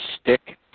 stick